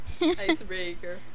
Icebreaker